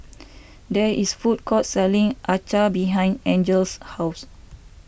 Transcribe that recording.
there is a food court selling Acar behind Angel's house